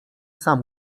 sam